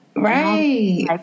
right